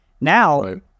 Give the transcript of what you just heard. Now